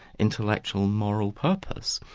intellectual moral purpose.